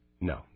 No